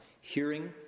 hearing